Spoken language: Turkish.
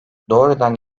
doğrudan